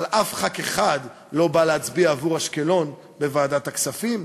אבל אף חבר כנסת אחד לא בא להצביע עבור אשקלון בוועדת הכספים.